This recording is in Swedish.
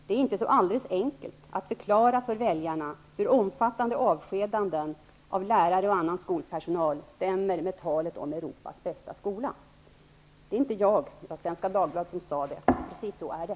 Det är inte så alldeles enkelt att förklara för väljarna hur omfattande avskedanden av lärare och annan skolpersonal stämmer med talet om ''Europas bästa skola'.'' Det var alltså inte jag utan Svenska Dagbladet som uttalade detta, och precis så är det.